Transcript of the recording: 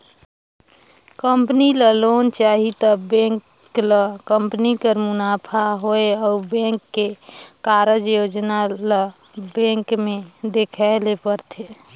company ल loan चाही त बेंक ल कंपनी कर मुनाफा होए अउ बेंक के कारज योजना ल बेंक में देखाए ले परथे